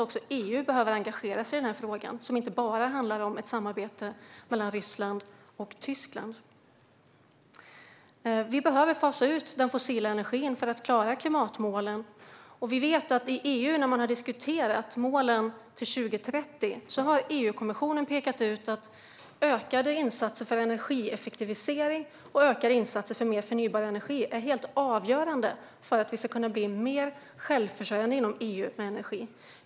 Också EU behöver engagera sig i frågan, som inte bara handlar om ett samarbete mellan Ryssland och Tyskland. Vi behöver fasa ut den fossila energin för att klara klimatmålen. När man har diskuterat målen för 2030 har EU-kommissionen pekat ut att ökade insatser för energieffektivisering och mer förnybar energi är helt avgörande för att vi ska kunna bli mer självförsörjande inom EU vad gäller energi.